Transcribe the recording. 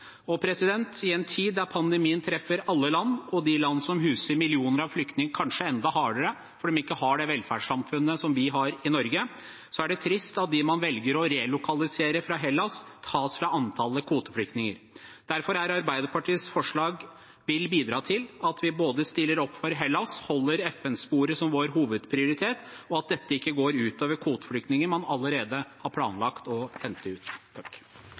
I en tid da pandemien treffer alle land, og de land som huser millioner av flyktninger kanskje enda hardere fordi de ikke har det velferdssamfunnet vi har i Norge, er det trist at de man velger å relokalisere fra Hellas, tas fra antall kvoteflyktninger. Derfor vil Arbeiderpartiets forslag bidra til at vi både stiller opp for Hellas, holder FN-sporet som vår hovedprioritet, og at dette ikke går ut over kvoteflyktninger man allerede har planlagt å hente ut.